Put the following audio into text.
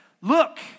Look